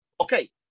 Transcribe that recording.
okay